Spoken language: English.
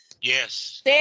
yes